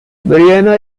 marianna